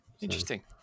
Interesting